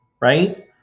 right